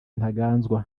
ntaganzwa